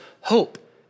hope